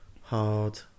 hard